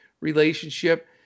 relationship